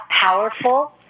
powerful